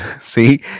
see